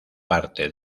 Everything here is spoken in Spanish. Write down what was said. parte